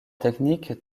technique